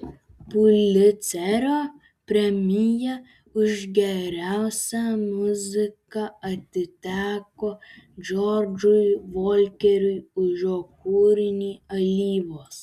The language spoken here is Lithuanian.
pulicerio premija už geriausią muziką atiteko džordžui volkeriui už jo kūrinį alyvos